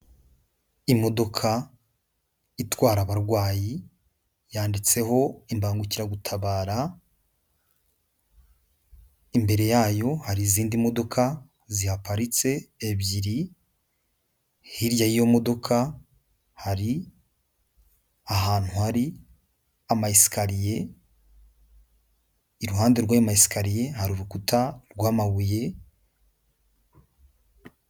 Imodoka itwara abarwayi yanditseho imbangukiragutabara, imbere yayo hari izindi modoka ziparitse ebyiri, hirya y'iyo modoka hari ahantu hari amaesikariye, iruhande rw'ayo maesikariye hari urukuta rw'amabuye.